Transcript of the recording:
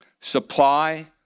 supply